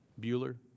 Bueller